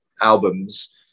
albums